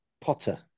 Potter